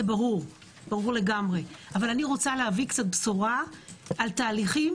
אבל אני רוצה להביא בשורה על תהליכים